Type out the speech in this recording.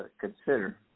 consider